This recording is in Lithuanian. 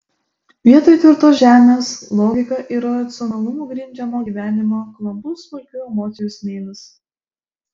vietoj tvirtos žemės logika ir racionalumu grindžiamo gyvenimo klampus smulkių emocijų smėlis